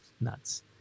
nuts